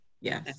Yes